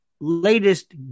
latest